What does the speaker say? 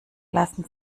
lassen